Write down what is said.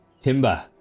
Timber